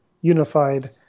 unified